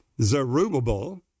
Zerubbabel